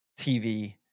TV